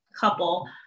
couple